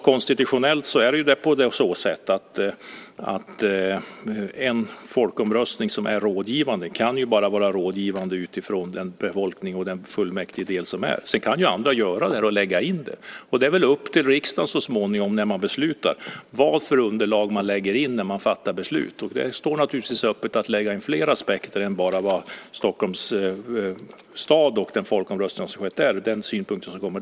Konstitutionellt kan en rådgivande folkomröstning bara vara rådgivande utifrån den befolkning och den fullmäktigedel som finns. Sedan kan andra ta med det. Det är väl upp till riksdagen så småningom att besluta om vilket underlag som ska tas med. Det står naturligtvis öppet att lägga in fler aspekter än synpunkterna från folkomröstningen i Stockholms stad.